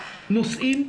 נושאים,